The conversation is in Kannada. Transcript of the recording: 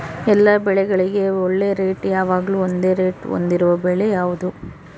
ಎಲ್ಲ ಬೆಳೆಗಳಿಗೆ ಒಳ್ಳೆ ರೇಟ್ ಯಾವಾಗ್ಲೂ ಒಂದೇ ರೇಟ್ ಹೊಂದಿರುವ ಬೆಳೆ ಯಾವುದು?